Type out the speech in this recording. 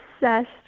obsessed